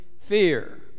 fear